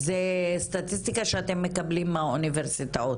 זו סטטיסטיקה שאתם מקבלים מהאוניברסיטאות.